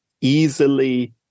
easily